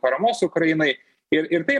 paramos ukrainai ir ir tai